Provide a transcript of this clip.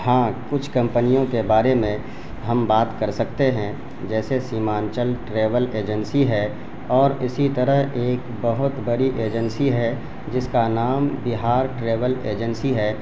ہاں کچھ کمپنیوں کے بارے میں ہم بات کر سکتے ہیں جیسے سیمانچل ٹریول ایجنسی ہے اور اسی طرح ایک بہت بڑی ایجنسی ہے جس کا نام بہار ٹریول ایجنسی ہے